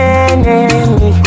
enemy